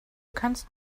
kannst